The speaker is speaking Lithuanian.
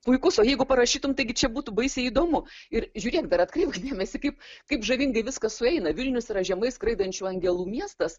puikus o jeigu parašytum taigi čia būtų baisiai įdomu ir žiūrėk dar atkreipk dėmesį kaip kaip žavingai viskas sueina vilnius yra žemai skraidančių angelų miestas